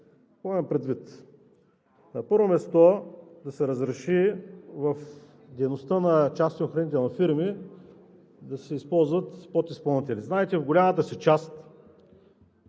Какво имам предвид? На първо място, да се разреши в дейността на частни охранителни фирми да се използват подизпълнители. Знаете, че в голямата си част